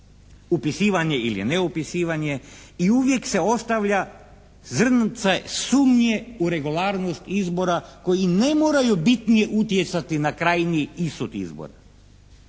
upisivanje ili neupisivanje i uvijek se ostavlja zrnce sumnje u regularnost izbora koji ne moraju bitnije utjecati na krajnji ishod izbora.